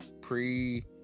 pre